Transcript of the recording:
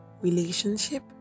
relationship